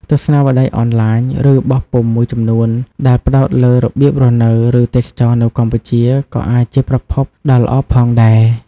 ទស្សនាវដ្តីអនឡាញ ឬបោះពុម្ពមួយចំនួនដែលផ្តោតលើរបៀបរស់នៅ ឬទេសចរណ៍នៅកម្ពុជា ក៏អាចជាប្រភពដ៏ល្អផងដែរ។